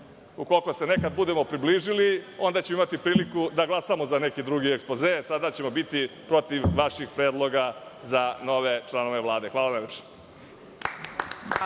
Ukoliko se nekad budemo približili onda ćemo imati priliku da glasamo za neki drugi ekspoze, sada ćemo biti protiv vaših predloga za nove članove Vlade. Hvala.